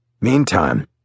meantime